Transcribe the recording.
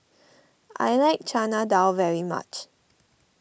I like Chana Dal very much